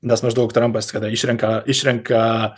nes maždaug trampas kada išrenka išrenka